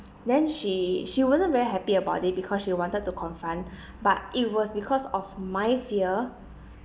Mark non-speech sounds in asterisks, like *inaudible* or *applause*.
then she she wasn't very happy about it because she wanted to confront *breath* but it was because of my fear